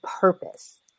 purpose